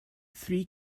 three